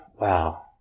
wow